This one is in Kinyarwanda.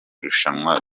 rushanwa